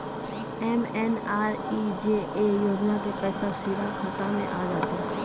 MNREGA योजना के पैसा सीधा खाता मे आ जाते?